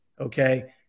okay